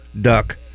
duck